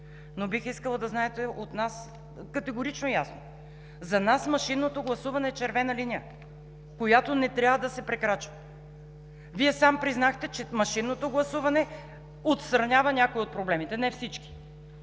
Бих искала да знаете категорично и ясно: за нас машинното гласуване е червена линия, която не трябва да се прекрачва. Вие сам признахте, че машинното гласуване отстранява някои от проблемите, а не всички,